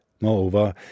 Moreover